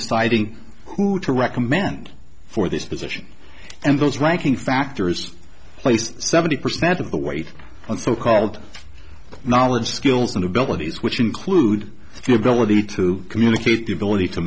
deciding who to recommend for this position and those ranking factors placed seventy percent of the weight of so called knowledge skills and abilities which include the ability to communicate the ability to